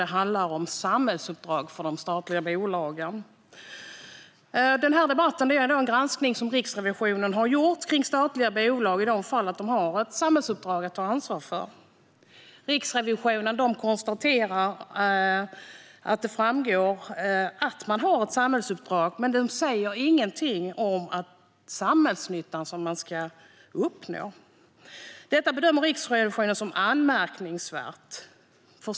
Det handlar om samhällsuppdrag för de statliga bolagen. Den här debatten berör en granskning som Riksrevisionen har gjort av statliga bolag i de fall de har ett samhällsuppdrag att ta ansvar för. Riksrevisionen konstaterar att det framgår att man har ett samhällsuppdrag men att det inte säger någonting om den samhällsnytta som man ska uppnå. Detta bedömer Riksrevisionen som anmärkningsvärt.